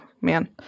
man –